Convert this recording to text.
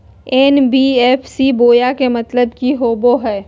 NBFC बोया के मतलब कि होवे हय?